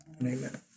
amen